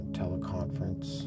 teleconference